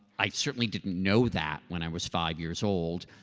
i certainly didn't know that when i was five years old.